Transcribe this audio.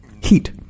Heat